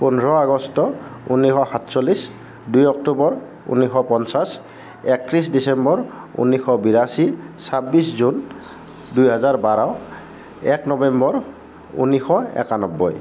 পোন্ধৰ আগষ্ট ঊনৈছশ সাতচল্লিছ দুই অক্টোবৰ ঊনৈছশ পঞ্চাছ একত্ৰিছ ডিচেম্বৰ ঊনৈছশ বিৰাশী ছাব্বিছ জুন দুই হাজাৰ বাৰ এক নৱেম্বৰ ঊনৈছশ একান্নব্বৈ